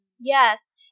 Yes